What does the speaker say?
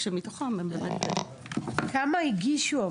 כשמתוכם --- אבל כמה הגישו?